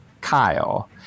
Kyle